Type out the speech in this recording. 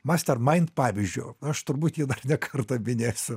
mastermaind pavyzdžiu aš turbūt jį dar ne kartą minėsiu